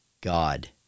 God